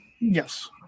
Yes